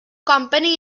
company